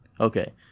Okay